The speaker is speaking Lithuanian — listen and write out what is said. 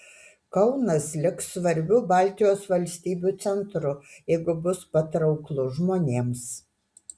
kaunas liks svarbiu baltijos valstybių centru jeigu bus patrauklus žmonėms